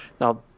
now